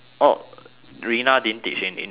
derina didn't teach in intro of psych